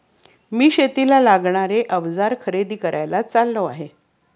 मी शेतीला लागणारे अवजार खरेदी करायला चाललो आहे